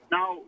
Now